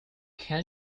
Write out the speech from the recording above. can